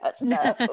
no